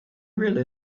really